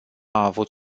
avut